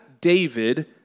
David